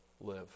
live